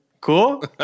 Cool